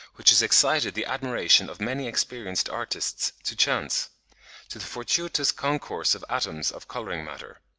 which has excited the admiration of many experienced artists, to chance to the fortuitous concourse of atoms of colouring matter.